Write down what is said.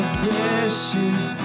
precious